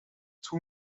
two